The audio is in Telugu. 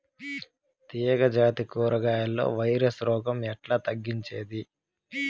తీగ జాతి కూరగాయల్లో వైరస్ రోగం ఎట్లా తగ్గించేది?